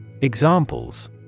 Examples